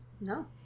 No